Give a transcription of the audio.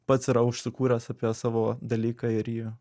pats yra užsikūręs apie savo dalyką ir jį